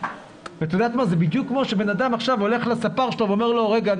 זה בדיוק כמו שאדם עכשיו הולך לספר שלו ואומר לו 'רגע,